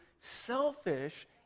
selfish